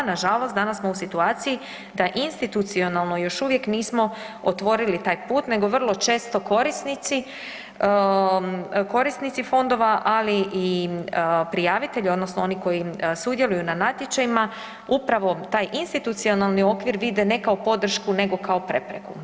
Nažalost, danas smo u situaciji da institucionalno još uvijek nismo otvorili taj put nego vrlo često korisnici, korisnici fondova ali i prijavitelji odnosno oni koji sudjeluju na natječajima upravo taj institucionalni okvir vide ne kao podršku nego kao prepreku.